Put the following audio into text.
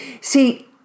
See